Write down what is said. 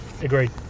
Agreed